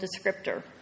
descriptor